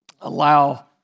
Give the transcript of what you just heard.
allow